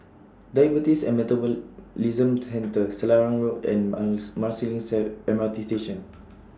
Diabetes and Metabolism Centre Selarang Road and Mouth Marsiling Sir M R T Station